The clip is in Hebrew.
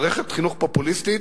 מערכת חינוך פופוליסטית,